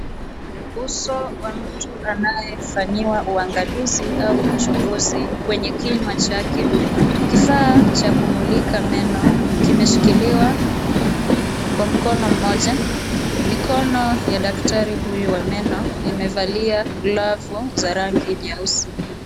Uso wa mtu anayefanyiwa uangalizi au uchunguzi kwenye kinywa chake. Kifaa cha kumulika meno kimeshikiliwa kwa mkono mmoja. Mikono ya daktari huyu wa meno imevalia glavu za rangi nyeusi.